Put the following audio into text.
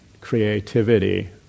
creativity